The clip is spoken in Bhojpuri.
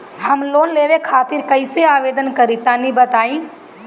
हम लोन लेवे खातिर कइसे आवेदन करी तनि बताईं?